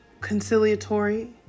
conciliatory